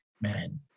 man